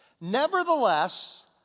nevertheless